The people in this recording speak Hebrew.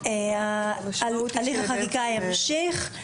הליך החקיקה ימשיך.